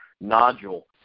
nodule